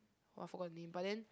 oh I forgot name but then